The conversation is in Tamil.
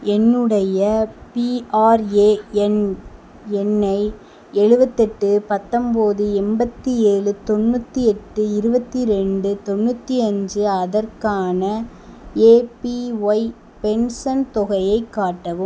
என்னுடைய பிஆர்ஏஎன் எண்ணை எழுவத்து எட்டு பத்தம்பது எண்பத்தி ஏழு தொண்ணூற்றி எட்டு இருபத்தி ரெண்டு தொண்ணூற்றி அஞ்சு அதற்கான ஏபிஒய் பென்ஷன் தொகையைக் காட்டவும்